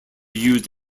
used